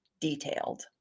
detailed